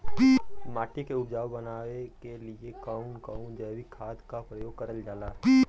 माटी के उपजाऊ बनाने के लिए कौन कौन जैविक खाद का प्रयोग करल जाला?